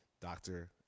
doctor